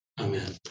Amen